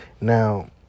Now